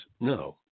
no